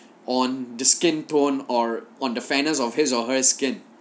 on the skin tone or on the fairness of his or her skin